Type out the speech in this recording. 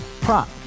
prop